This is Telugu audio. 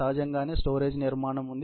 సహజంగానే స్టోరేజ్ నిర్మాణం ఉంది